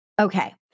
Okay